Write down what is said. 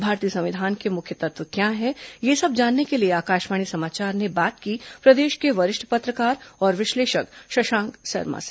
भारतीय संविधान के मुख्य तत्व क्या है यह सब जानने के लिए आकाशवाणी समाचार ने बात की प्रदेश के वरिष्ठ पत्रकार और विश्लेषक शशांक शर्मा से